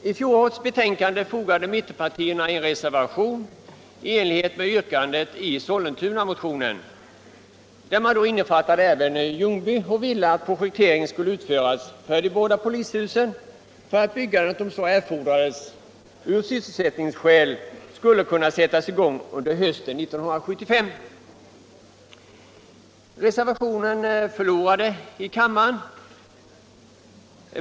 Till fjolårets betänkade fogade mittenpartierna en reservation i enlighet med yrkandet i Sollentunamotionen, där man innefattade även Ljungby. Reservanterna ville att projektering skulle utföras för de båda polishusen för att byggandet, om så erfordrades av sysselsättningsskäl, skulle kunna sättas i gång under hösten 1975. Reservationen förlorade i kammaren.